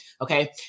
Okay